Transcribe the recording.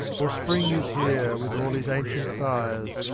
for spring is here, with all his ancient fires,